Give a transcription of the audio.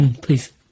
please